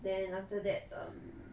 then after that um